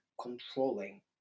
controlling